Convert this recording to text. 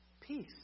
Peace